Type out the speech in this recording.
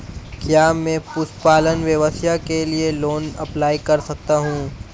क्या मैं पशुपालन व्यवसाय के लिए लोंन अप्लाई कर सकता हूं?